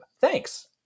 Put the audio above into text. Thanks